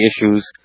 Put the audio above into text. issues